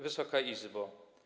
Wysoka Izbo!